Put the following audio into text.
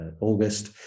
august